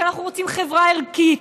כי אנחנו רוצים חברה ערכית,